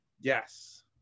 Yes